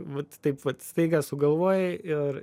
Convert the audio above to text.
vat taip vat staiga sugalvojai ir